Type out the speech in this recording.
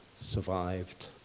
survived